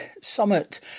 summit